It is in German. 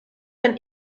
ein